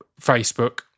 Facebook